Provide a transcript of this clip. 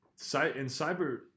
cyber